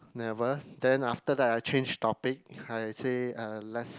never then after that I changed topic I say uh let's